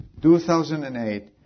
2008